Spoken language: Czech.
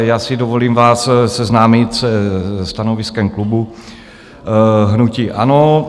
Já si dovolím vás seznámit se stanoviskem klubu hnutí ANO.